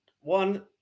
One